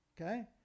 okay